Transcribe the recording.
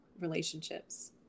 Relationships